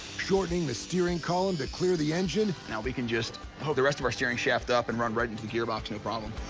shortening the steering column to clear the engine, now we can just hook the rest of our steering shaft up and run right into the gearbox no problem.